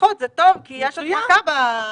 פחות תפוסה זה טוב כי יש הדבקה באוטובוסים.